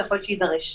ככל שיידרש.